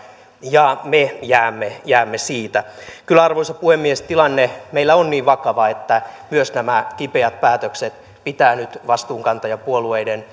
ja me jäämme jäämme siitä kyllä arvoisa puhemies tilanne meillä on niin vakava että myös nämä kipeät päätökset pitää nyt vastuunkantajapuolueiden